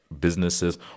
businesses